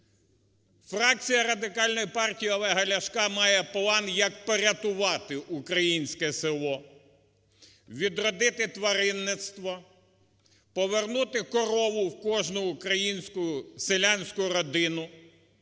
Фракція Радикальної партії Олега Ляшка має план, як порятувати українське село, відродити тваринництво, повернути корову в кожну українську селянську родину,